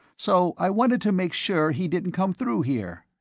so i wanted to make sure he didn't come through here.